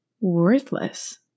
worthless